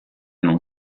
non